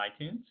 iTunes